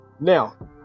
now